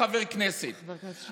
חומש לא אושרה.